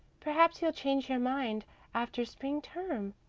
perhaps you'll change your mind after spring term.